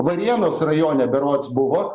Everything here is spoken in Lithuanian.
varėnos rajone berods buvo